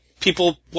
People